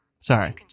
sorry